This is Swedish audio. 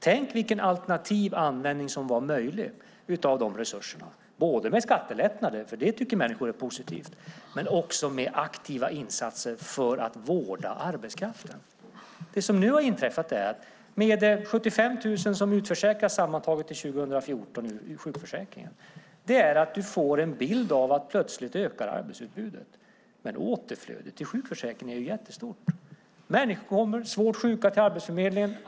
Tänk vilken alternativ användning som hade varit möjlig med de resurserna; både med skattelättnader - det tycker människor är positivt - och med aktiva insatser för att vårda arbetskraften. Det som nu har inträffat är att sammantaget 75 000 utförsäkras från sjukförsäkringen till 2014. Då får du en bild av att arbetsutbudet plötsligt ökar. Men återflödet till sjukförsäkringen är stort. Människor kommer svårt sjuka till Arbetsförmedlingen.